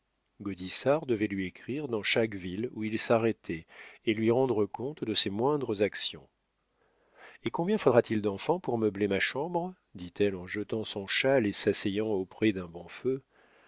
devait lui écrire dans chaque ville où il s'arrêtait et lui rendre compte de ses moindres actions et combien faudra t il d'enfants pour meubler ma chambre dit-elle en jetant son châle et s'asseyant auprès d'un bon feu